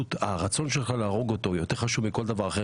הרצון שלו להרוג יותר חשוב מכל דבר אחר.